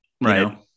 right